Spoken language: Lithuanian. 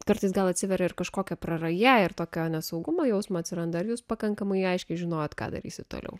kartais gal atsiveria ir kažkokia praraja ir tokio nesaugumo jausmo atsiranda ar jūs pakankamai aiškiai žinojot ką darysit toliau